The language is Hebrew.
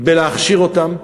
בלהכשיר אותם,